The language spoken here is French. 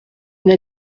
une